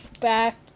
back